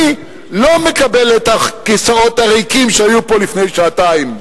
אני לא מקבל את הכיסאות הריקים שהיו פה לפני שעתיים,